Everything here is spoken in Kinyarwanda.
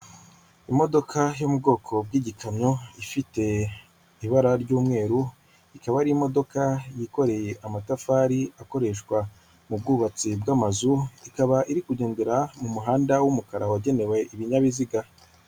Imodoka yo mu bwoko bw'igikamyo ifite ibara ry'umweru ikaba ari imodoka yikoreye amatafari akoreshwa mu bwubatsi bw'amazu, ikaba iri kugendera mu muhanda w'umukara wagenewe ibinyabiziga.